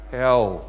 hell